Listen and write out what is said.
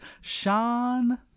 Sean